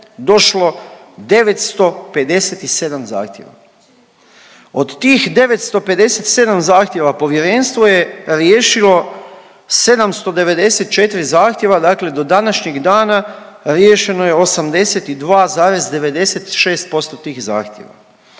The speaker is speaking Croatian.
došlo 957 zahtjeva. Od tih 957 zahtjeva povjerenstvo je riješilo 794 zahtjeva, dakle do današnjeg dana riješeno je 82,96% tih zahtjeva.